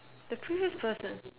the previous person